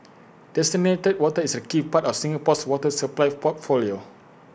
desalinated water is A key part of Singapore's water supply portfolio